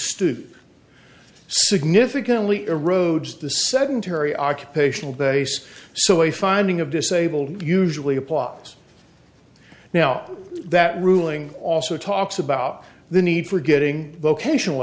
stoop significantly erodes the sedentary occupational base so a finding of disabled usually applause now that ruling also talks about the need for getting vocational